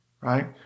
right